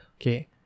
Okay